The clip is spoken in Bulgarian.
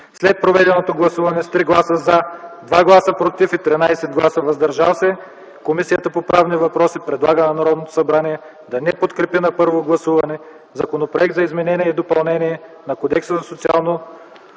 След проведеното обсъждане с 3 гласа „за”, 2 гласа „против” и 13 гласа „въздържал се”, Комисията по правни въпроси предлага на Народното събрание да не подкрепи на първо гласуване Законопроект за изменение и допълнение на Кодекса за социално